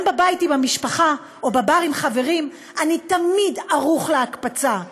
גם בבית עם המשפחה או בבר עם חברים אני תמיד ערוך להקפצה.